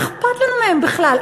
מה אכפת לנו מהם בכלל?